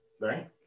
Right